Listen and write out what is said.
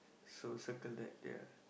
so circle that ya